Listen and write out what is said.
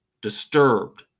Disturbed